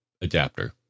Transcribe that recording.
adapter